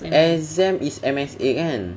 exam is M_S_A kan